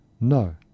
No